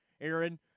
Aaron